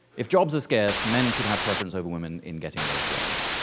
if jobs are scarce men should have preference over women in getting those jobs?